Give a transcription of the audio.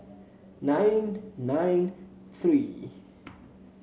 nine nine three